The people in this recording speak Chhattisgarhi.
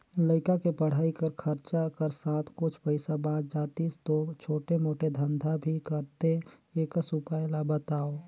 लइका के पढ़ाई कर खरचा कर साथ कुछ पईसा बाच जातिस तो छोटे मोटे धंधा भी करते एकस उपाय ला बताव?